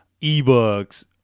ebooks